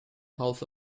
house